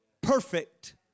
perfect